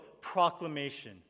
proclamation